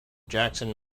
jackson